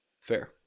Fair